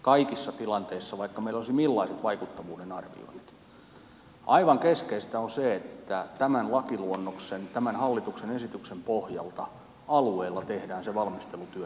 kaikissa tilanteissa vaikka meillä olisi millaiset vaikuttavuuden arvioinnit aivan keskeistä on se että tämän lakiluonnoksen tämän hallituksen esityksen pohjalta alueilla tehdään se valmistelutyö joka tuo sisällön tälle laille